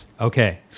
Okay